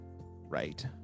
right